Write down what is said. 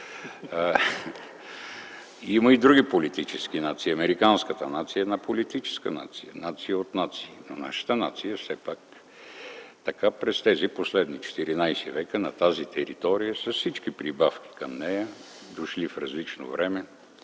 Има и други политически нации. Американската нация е политическа нация, нация от нации. Нашата нация през последните 14 века на тази територия с всички прибавки към нея, дошли в различно време,